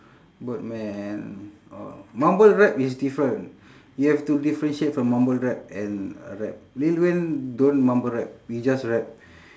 birdman or mumble rap is different you have to differentiate from mumble rap and uh rap lil wayne don't mumble rap he just rap